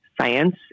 science